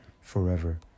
forever